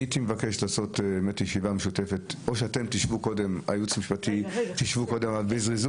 אני מציע ישיבה משותפת עם הייעוץ המשפטי, בזריזות